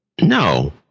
No